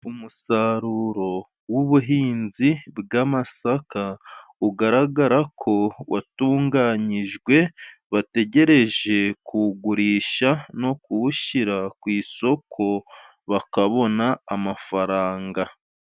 Umusaruro w'ubuhinzi bw'amasaka ugaragara ko watunganyijwe bategereje kuwugurisha no kuwushyira ku isoko bakabona amafaranga.